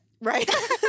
Right